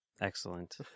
excellent